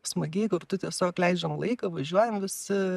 smagiai kartu tiesiog leidžiam laiką važiuojam visi